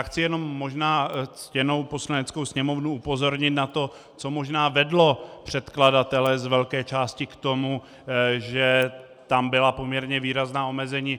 Chci jenom možná ctěnou Poslaneckou sněmovnu upozornit na to, co možná vedlo předkladatele z velké části k tomu, že tam byla poměrně výrazná omezení.